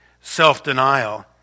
self-denial